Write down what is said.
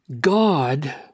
God